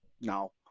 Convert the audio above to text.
no